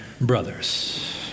brothers